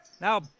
Now